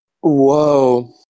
whoa